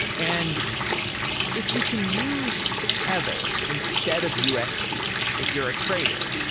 and if you can use tether instead of usd, if you're a trader,